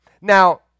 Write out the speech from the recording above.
Now